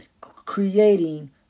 creating